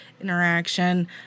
interaction